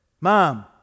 Mom